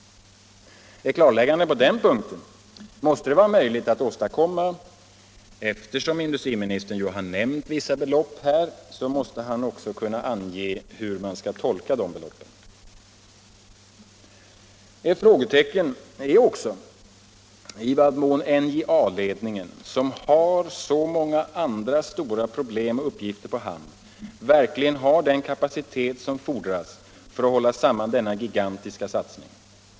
Ett klarläggande på den punkten måste det vara möjligt att åstadkomma. Eftersom industriministern nämnt vissa belopp här måste han också kunna ange hur man skall tolka de beloppen. Ett frågetecken är också i vad mån NJA-ledningen, som har så många andra stora problem och uppgifter på hand, verkligen har den kapacitet som fordras för att hålla samman denna gigantiska satsning.